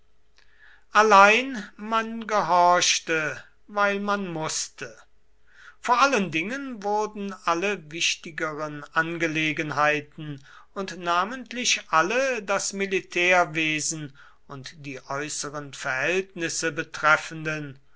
allein man gehorchte weil man mußte vor allen dingen wurden alle wichtigeren angelegenheiten und namentlich alle das militärwesen und die äußeren verhältnisse betreffenden